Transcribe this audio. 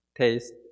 taste